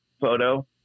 photo